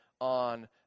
on